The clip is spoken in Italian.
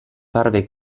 parve